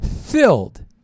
Filled